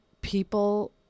people